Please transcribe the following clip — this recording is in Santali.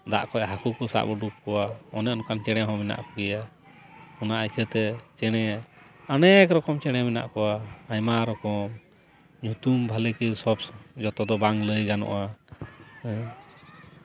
ᱫᱟᱜ ᱠᱷᱚᱱ ᱦᱟᱹᱠᱩ ᱠᱚ ᱥᱟᱵ ᱩᱰᱩᱠ ᱠᱚᱣᱟ ᱚᱱᱮ ᱚᱱᱠᱟᱱ ᱪᱮᱬᱮ ᱦᱚᱸ ᱢᱮᱱᱟᱜ ᱠᱚᱜᱮᱭᱟ ᱪᱮᱬᱮ ᱚᱱᱮᱠ ᱨᱚᱠᱚᱢ ᱪᱮᱬᱮ ᱢᱮᱱᱟᱜ ᱠᱚᱣᱟ ᱟᱭᱢᱟ ᱨᱚᱠᱚᱢ ᱧᱩᱛᱩᱢ ᱵᱷᱟᱹᱞᱤ ᱠᱤ ᱥᱚᱵᱽ ᱥᱚᱢᱚᱭ ᱡᱚᱛᱚ ᱫᱚ ᱵᱟᱝ ᱞᱟᱹᱭ ᱜᱟᱱᱚᱜᱼᱟ